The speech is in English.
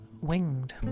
winged